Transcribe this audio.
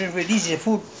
R&D is like that [what]